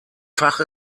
fach